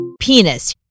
Penis